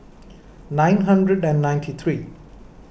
nine hundred and ninety three